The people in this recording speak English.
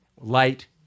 light